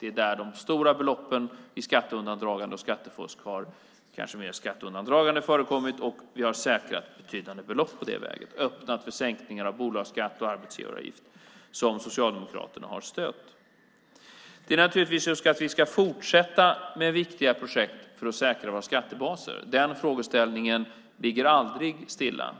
Det är där de stora beloppen i skatteundandragande har förekommit, och vi har säkrat betydande belopp den vägen. Vi har öppnat för en sänkning av bolagsskatt och arbetsgivaravgift, vilket Socialdemokraterna har stött. Vi ska naturligtvis fortsätta med viktiga projekt för att säkra våra skattebaser. Den frågeställningen ligger aldrig stilla.